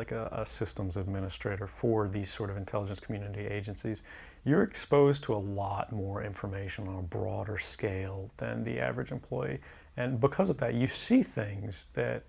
like a systems administrator for these sort of intelligence community agencies you're exposed to a lot more information on a broader scale than the average employee and because of that you see things that